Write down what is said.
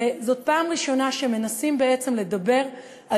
וזאת הפעם הראשונה שמנסים בעצם לדבר על